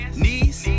knees